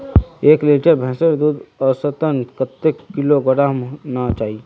एक लीटर भैंसेर दूध औसतन कतेक किलोग्होराम ना चही?